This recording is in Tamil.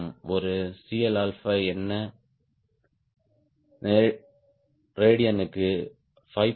ஒரு CL என்ன ரேடியனுக்கு 5